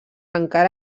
encara